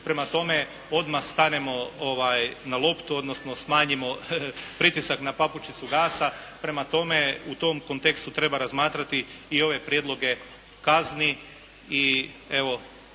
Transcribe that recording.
Prema tome odmah stanemo na loptu odnosno smanjimo pritisak na papučicu gasa. Prema tom, u tom kontekstu treba razmatrati i ove prijedloge kazni. I evo,